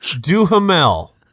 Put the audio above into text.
Duhamel